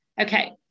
Okay